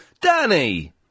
Danny